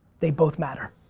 they both matter.